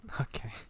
Okay